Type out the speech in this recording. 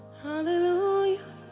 Hallelujah